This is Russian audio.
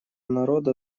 народа